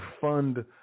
fund